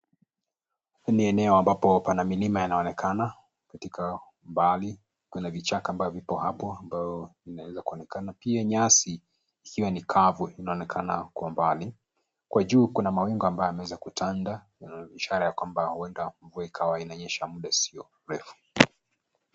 Ni eneo ambapo pana milima yanaonekana katika umbali, kuna vichaka ambavyo viko hapo ambayo vinaweza kuonekana, pia nyasi ikiwa ni kavu inaonekana kwa mbali. Kwa juu kuna mawingu ambayo yameweza kutanda kuonyesha ishara ya kwamba huenda mvua ikawa inanyesha muda usiokuwa mrefu.